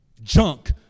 junk